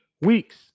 weeks